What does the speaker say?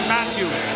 Matthews